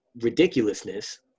ridiculousness